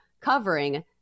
covering